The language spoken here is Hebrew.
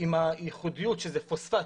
עם הייחודיות שזה פוספט,